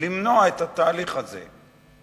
למנוע את התהליך הזה.